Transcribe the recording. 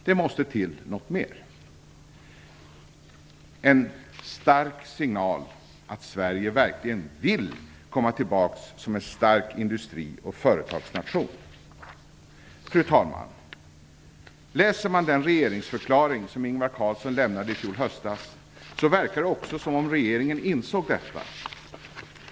Det måste till något mer: en stark signal att Sverige verkligen vill komma tillbaka som en stark industri och företagsnation. Fru talman! Läser man den regeringsförklaring som Ingvar Carlsson lämnade förra hösten verkar det som om regeringen också insåg detta.